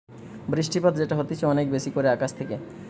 বৃষ্টিপাত যেটা হতিছে অনেক বেশি করে আকাশ থেকে